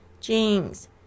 Jeans